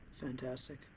Fantastic